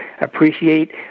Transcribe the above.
appreciate